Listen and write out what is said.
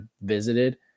visited